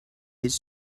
his